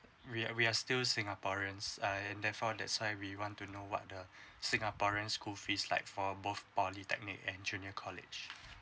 we are we are still singaporean I in that far that's why we want to know what the singaporean school fees like for both polytechnic an junior college